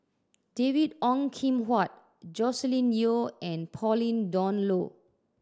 David Ong Kim Huat Joscelin Yeo and Pauline Dawn Loh